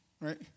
Right